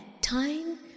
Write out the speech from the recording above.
time